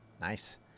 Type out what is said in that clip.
Nice